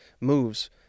moves